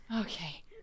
Okay